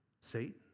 Satan